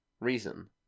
reason